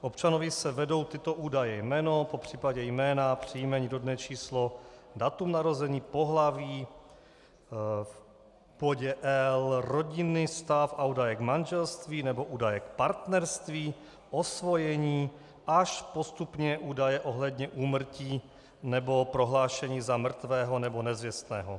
K občanovi se vedou tyto údaje: jméno, popřípadě jména a příjmení, rodné číslo, datum narození, pohlaví, rodinný stav a údaje k manželství nebo údaje k partnerství, osvojení až postupně údaje ohledně úmrtí nebo prohlášení za mrtvého nebo nezvěstného.